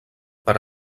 per